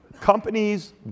Companies